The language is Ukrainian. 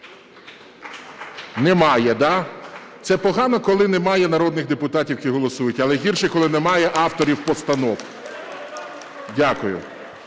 Немає, да? Це погано, коли немає народних депутатів, які голосують, але гірше, коли немає авторів постанов. Дякую.